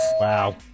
Wow